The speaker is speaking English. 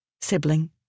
sibling